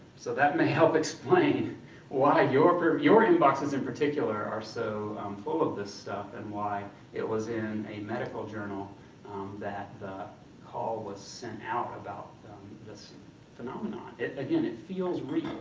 so that may help explain why your your your in-boxes in particular are so full of this stuff, and why it was in a medical journal that the call was sent out about this phenomenon. again, it feels real.